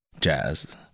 jazz